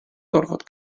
gorfod